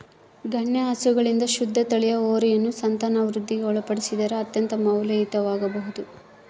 ಗಣ್ಯ ಹಸುಗಳಿಂದ ಶುದ್ಧ ತಳಿಯ ಹೋರಿಯನ್ನು ಸಂತಾನವೃದ್ಧಿಗೆ ಒಳಪಡಿಸಿದರೆ ಅತ್ಯಂತ ಮೌಲ್ಯಯುತವಾಗಬೊದು